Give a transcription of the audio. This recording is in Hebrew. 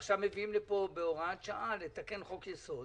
ועכשיו מביאים לפה בהוראת שעה לתקן חוק יסוד